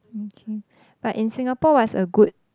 okay but in Singapore what's a good